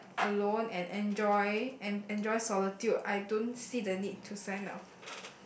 like alone and enjoy and enjoy solitude I don't see the need to sign up